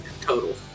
total